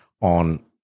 on